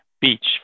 beach